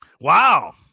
Wow